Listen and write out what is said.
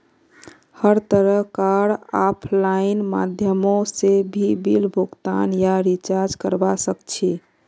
हर तरह कार आफलाइन माध्यमों से भी बिल भुगतान या रीचार्ज करवा सक्छी